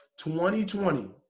2020